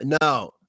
No